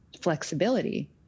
flexibility